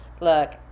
Look